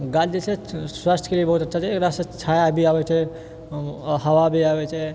गाछ जे छै स्वास्थ्यके लिए बहुत अच्छा छै एकरा से छाया भी आबैत छै हवा भी आबैत छै